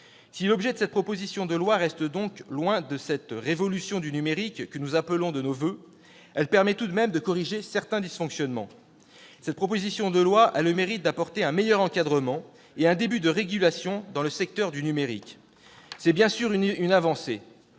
Si l'objet de cette proposition de loi reste donc loin de cette « révolution du numérique » que nous appelons de nos voeux, elle permet tout de même de corriger certains dysfonctionnements. Cette proposition de loi a le mérite d'apporter un meilleur encadrement et un début de régulation dans le secteur du numérique. C'est bien sûr une avancée,